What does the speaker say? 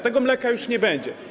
Tego mleka już nie będzie.